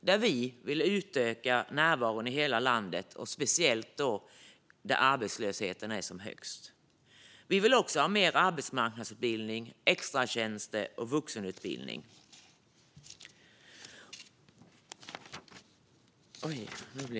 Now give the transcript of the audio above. Där vill vi utöka närvaron i hela landet, speciellt där arbetslösheten är högst. Vi vill också ha mer arbetsmarknadsutbildning, extratjänster och vuxenutbildning.